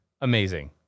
amazing